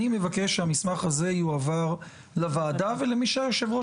אני מבקש שהמסמך הזה יועבר לוועדה ולמי שהיושב-ראש